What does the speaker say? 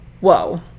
whoa